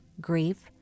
grief